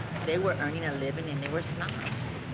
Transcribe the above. they were earning a living and they were snobs.